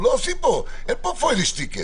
אין פה פויילשטיקים.